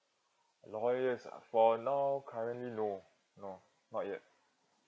lawyers ah for now currently no no not yet